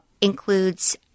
includes